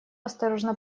осторожно